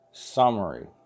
Summary